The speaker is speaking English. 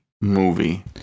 movie